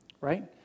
Right